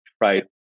right